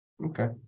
Okay